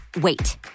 wait